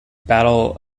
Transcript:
battle